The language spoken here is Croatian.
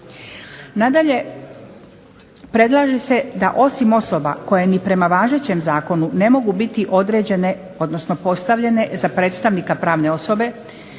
Nadalje, predlaže se da osim osoba koje ni prema važećem zakonu ne mogu biti određene, odnosno postavljene za predstavnika pravne osobe,